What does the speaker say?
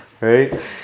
Right